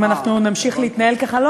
אם אנחנו נמשיך להתנהל ככה.